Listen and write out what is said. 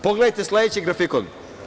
Pogledajte sledeći grafikon.